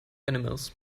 animals